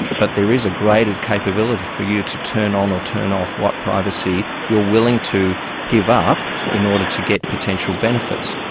but there is a graded capability for you to turn on or turn off what privacy you are willing to give up in order to get potential benefits.